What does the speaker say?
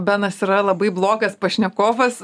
benas yra labai blogas pašnekovas